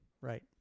Right